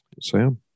Sam